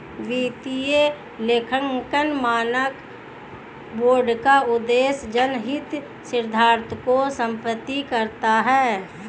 वित्तीय लेखांकन मानक बोर्ड का उद्देश्य जनहित सिद्धांतों को स्थापित करना है